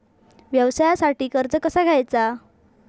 व्यवसायासाठी कर्ज कसा घ्यायचा?